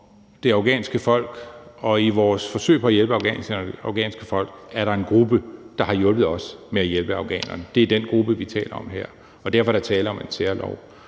det afghanske folk, og i vores forsøg på at hjælpe Afghanistan og det afghanske folk er der en gruppe, der har hjulpet os med hjælpe at afghanerne. Det er den gruppe, vi taler om her, og derfor er der tale om en særlov,